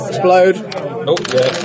Explode